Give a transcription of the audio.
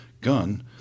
gun